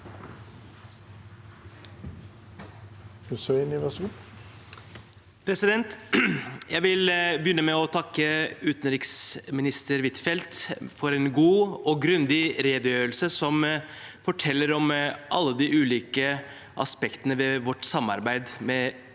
Jeg vil begynne med å takke utenriksminister Huitfeldt for en god og grundig redegjørelse som forteller om alle de ulike aspektene ved vårt samarbeid med